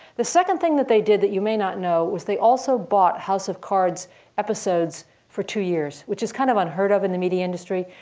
the second thing that they did that you may not know was they also bought house of cards episodes for two years, which is kind of unheard of in the media industry.